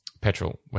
petrol